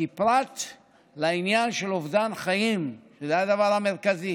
כי פרט לעניין של אובדן חיים, זה הדבר המרכזי